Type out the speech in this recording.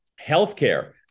Healthcare